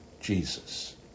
Jesus